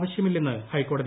ആവശ്യമില്ലെന്ന് ഹൈക്കോടതി